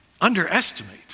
underestimate